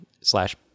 slash